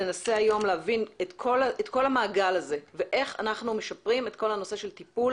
ננסה היום להבין את כל המעגלים ואיך אנחנו משפרים את כל הטיפול